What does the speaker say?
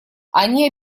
они